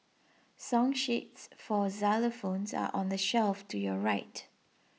song sheets for xylophones are on the shelf to your right